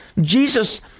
Jesus